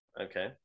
Okay